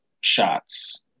shots